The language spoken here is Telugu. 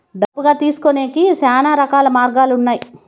డబ్బులు అప్పుగా తీసుకొనేకి శ్యానా రకాల మార్గాలు ఉన్నాయి